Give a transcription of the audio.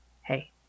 Hey